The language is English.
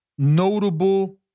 notable